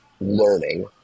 learning